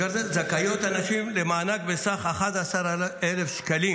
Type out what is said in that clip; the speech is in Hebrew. --- הנשים זכאיות למענק בסך 11,000 שקלים